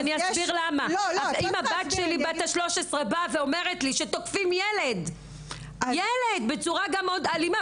אם הבת שלי בת ה-13 אומרת לי שתוקפים ילד בצורה אלימה,